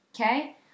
Okay